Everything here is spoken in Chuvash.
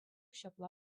ҫапла